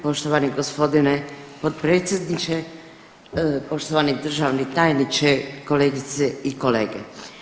Poštovani g. potpredsjedniče, poštovani državni tajniče, kolegice i kolege.